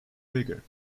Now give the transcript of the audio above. vigour